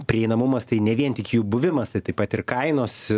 prieinamumas tai ne vien tik jų buvimas tai taip pat ir kainos